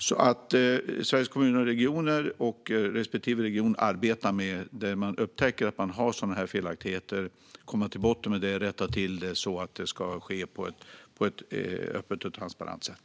Där Sveriges Kommuner och Regioner och respektive region upptäcker sådana här felaktigheter arbetar man för att komma till rätta med det så att det ska ske på ett öppet och transparent sätt.